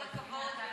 כל הכבוד.